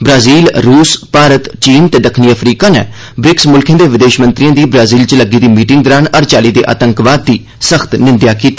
Brazil रूस भारत चीन ते दक्खनी अफ्रीका नै ब्रिक्स मुल्खे दे विदेश मंत्रिएं दी ब्राज़ील च लग्गी दी मीटिंग दौरान हर चाल्ली दे आतंकवाद दी सख्त निंदेआ कीती